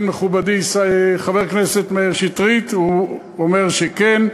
כן, מכובדי, חבר הכנסת מאיר שטרית, הוא אומר שכן.